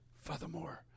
furthermore